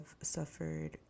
suffered